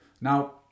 Now